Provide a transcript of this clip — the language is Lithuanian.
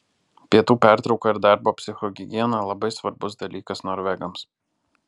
pietų pertrauka ir darbo psichohigiena labai svarbus dalykas norvegams